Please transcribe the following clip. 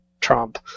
Trump